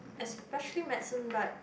especially medicine but